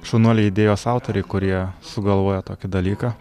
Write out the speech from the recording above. šaunuoliai idėjos autoriai kurie sugalvojo tokį dalyką